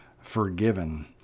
forgiven